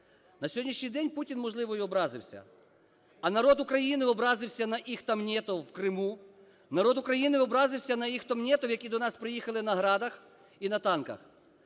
На сьогоднішній день Путін, можливо, й образився, а народ України образився на "їхтамнєтов" у Криму, народ України образився на їх "їхтамнєтов", які до нас приїхали на "Градах" і на танках.